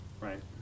Right